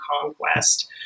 conquest